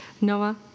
Noah